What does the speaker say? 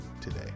today